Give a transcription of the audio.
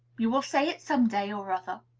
you will say it some day or other.